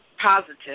positive